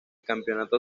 campeonato